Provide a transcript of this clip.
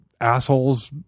assholes